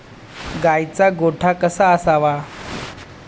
गाईचा गोठा कसा असावा?